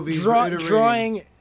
drawing